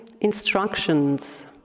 instructions